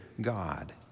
God